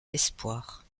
espoirs